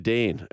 Dan